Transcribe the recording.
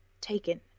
Taken